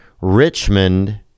Richmond